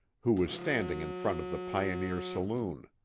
who was standing in front of the pioneer saloon.